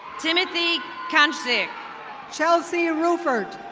timothy konchzer. chelsea roofert.